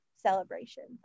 celebrations